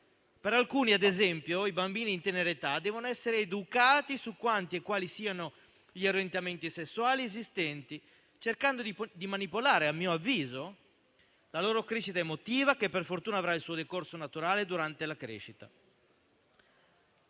Per alcuni, ad esempio, i bambini in tenera età devono essere educati su quanti e quali siano gli orientamenti sessuali esistenti, così cercando, a mio avviso, di manipolare la loro crescita emotiva, che, per fortuna, avrà il suo decorso naturale durante la crescita.